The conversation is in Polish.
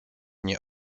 nie